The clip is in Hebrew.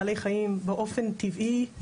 בעלי חיים באופן טבעי,